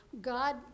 God